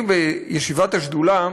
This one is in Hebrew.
אני בישיבת השדולה